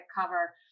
cover